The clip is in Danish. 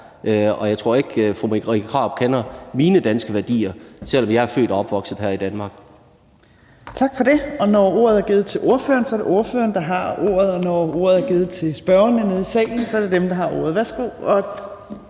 og jeg tror ikke, fru Marie Krarup kender mine danske værdier, selv om jeg er født og opvokset her i Danmark.